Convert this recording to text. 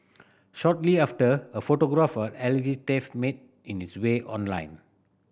shortly after a photograph of alleged thief made its way online